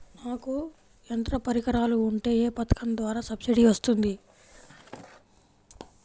నాకు యంత్ర పరికరాలు ఉంటే ఏ పథకం ద్వారా సబ్సిడీ వస్తుంది?